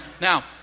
Now